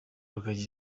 rugagi